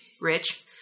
Rich